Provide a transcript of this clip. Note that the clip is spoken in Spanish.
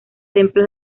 templos